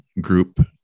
group